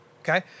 okay